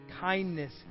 kindness